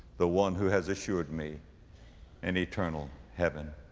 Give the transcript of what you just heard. the one who has assured me an eternal heaven.